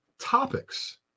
topics